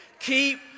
keep